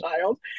child